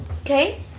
okay